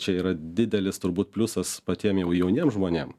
čia yra didelis turbūt pliusas patiem jau jauniem žmonėm